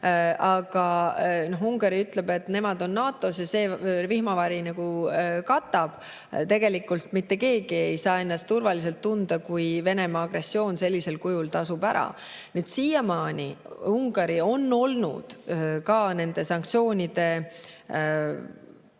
Aga Ungari ütleb, et nemad on NATO-s ja see vihmavari nagu katab. Tegelikult mitte keegi ei saa ennast turvaliselt tunda, kui Venemaa agressioon sellisel kujul tasub ära. Siiamaani Ungari on olnud ka nendes sanktsioonides osaline